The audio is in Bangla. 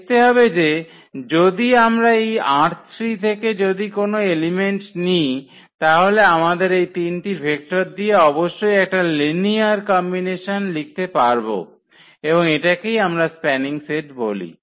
দেখতে হবে যে যদি আমরা এই থেকে যদি কোন এলিমেন্ট নিই তাহলে আমাদের এই তিনটি ভেক্টর দিয়ে অবশ্যই একটা লিনিয়ার কম্বিনেশন লিখতে পারবো এবং এটাকেই আমরা স্প্যানিং সেট বলি